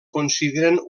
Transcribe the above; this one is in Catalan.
consideren